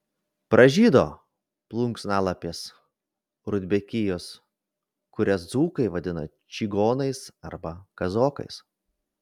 pražydo plunksnalapės rudbekijos kurias dzūkai vadina čigonais arba kazokais